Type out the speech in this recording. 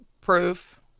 proof